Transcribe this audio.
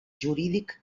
jurídic